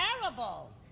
terrible